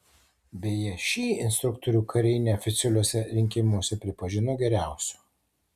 beje šį instruktorių kariai neoficialiuose rinkimuose pripažino geriausiu